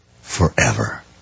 forever